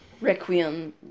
Requiem